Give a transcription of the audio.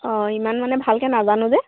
অঁ ইমান মানে ভালকৈ নাজানো যে